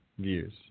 Views